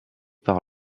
par